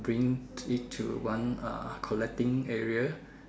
bring it to one uh collecting area